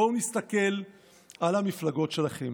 בואו נסתכל על המפלגות שלכם,